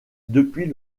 depuis